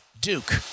Duke